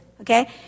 okay